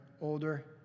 older